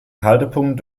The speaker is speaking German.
haltepunkt